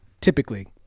typically